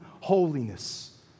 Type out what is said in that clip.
holiness